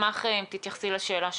נשמח אם תתייחסי לשאלה שלו.